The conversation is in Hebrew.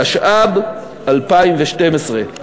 התשע"ב 2012,